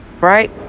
right